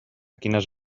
quines